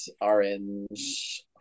orange